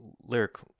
lyric